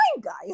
guys